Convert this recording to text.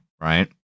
right